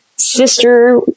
sister